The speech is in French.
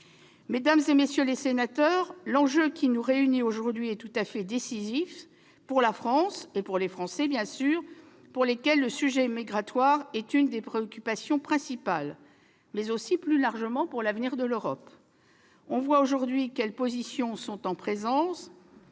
Mesdames, messieurs les sénateurs, l'enjeu qui nous réunit aujourd'hui est tout à fait décisif pour la France et pour les Français, bien sûr, pour lesquels la question migratoire est une des préoccupations principales, mais, plus largement, pour l'avenir de l'Europe. On voit quelles positions sont en présence.